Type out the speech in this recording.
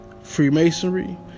Freemasonry